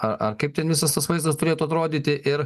ar ar kaip ten tas vaizdas turėtų atrodyti ir